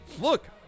look